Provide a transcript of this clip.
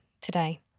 today